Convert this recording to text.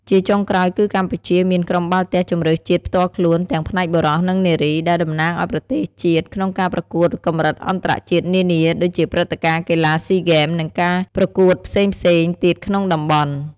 ជាចុងក្រោយគឺកម្ពុជាមាន ក្រុមបាល់ទះជម្រើសជាតិផ្ទាល់ខ្លួន ទាំងផ្នែកបុរស និងនារី ដែលតំណាងឱ្យប្រទេសជាតិក្នុងការប្រកួតកម្រិតអន្តរជាតិនានា ដូចជាព្រឹត្តិការណ៍កីឡាស៊ីហ្គេម និងការប្រកួតផ្សេងៗទៀតក្នុងតំបន់។